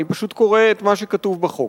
אני פשוט קורא את מה שכתוב בחוק.